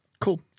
cool